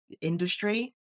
industry